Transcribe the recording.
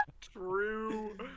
True